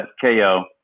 KO